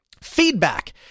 Feedback